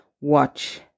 watch